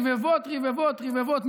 רבבות רבבות רבבות,